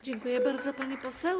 Dziękuję bardzo, pani poseł.